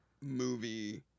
movie